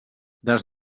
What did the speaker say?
des